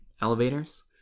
elevators